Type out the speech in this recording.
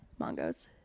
Mongo's